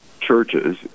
churches